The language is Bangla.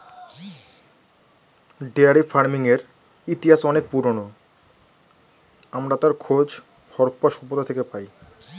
ডেয়ারি ফার্মিংয়ের ইতিহাস অনেক পুরোনো, আমরা তার খোঁজ হারাপ্পা সভ্যতা থেকে পাই